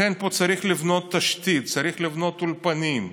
לכן צריך לבנות פה תשתית, צריך לבנות אולפנים,